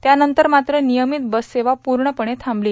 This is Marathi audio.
त्यानंतर मात्र नियमित बस सेवा पूर्णपणे थांबली